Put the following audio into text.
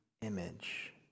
image